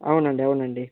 అవునండి అవునండి